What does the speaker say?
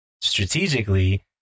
strategically